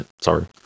sorry